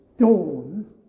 dawn